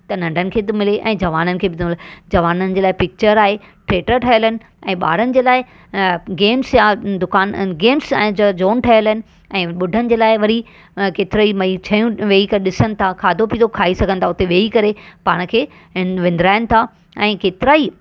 त नढ़नि खे बि थो मिले ऐं जवाननि खे बि थो जवाननि जे लाइ पिक्चर आहे थिएटर ठहियल आहिनि ऐं ॿारनि जे लाइ गेम्स या दुकान आहिनि गेम्स ऐं जो जोन ठहियल आहिनि ऐं ॿुढ़नि जे लाइ वरी केतिरा ई भई शयूं वेई करे ॾिसनि था खाधो पीतो खाई सघनि था उते वेई करे पाण खे विंदुराइनि था ऐं केतिरा ई